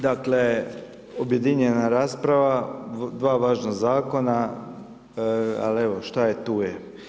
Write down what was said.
Dakle, objedinjena rasprava, 2 važna Zakona, ali evo šta je, tu je.